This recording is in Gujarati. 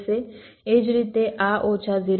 એ જ રીતે આ ઓછા 0